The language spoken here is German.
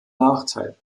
nachteil